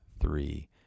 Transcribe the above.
three